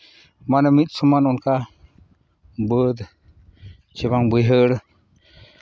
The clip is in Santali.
ᱢᱟᱱᱮ ᱢᱤᱫ ᱥᱚᱢᱟᱱ ᱚᱱᱠᱟ ᱵᱟᱹᱫᱽ ᱪᱮ ᱵᱟᱝ ᱵᱟᱹᱭᱦᱟᱹᱲ